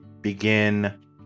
begin